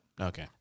Okay